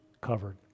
covered